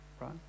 Right